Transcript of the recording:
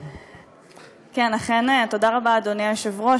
כן, תודה רבה, אדוני היושב-ראש.